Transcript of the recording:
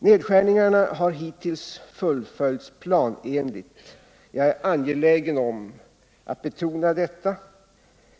Nedskärningarna har hittills fullföljts planenligt, jag är angelägen om att betona detta.